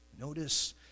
Notice